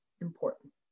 important